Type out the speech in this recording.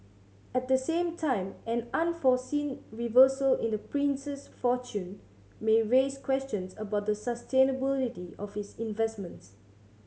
at the same time any unforeseen reversal in the prince's fortunes may raise questions about the sustainability of his investments